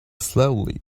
slowly